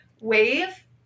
wave